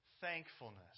thankfulness